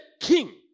king